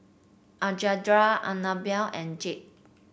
Alejandra Anibal and Jude